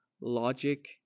logic